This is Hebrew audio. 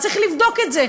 צריך לבדוק את זה,